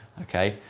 okay,